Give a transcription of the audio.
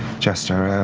jester, and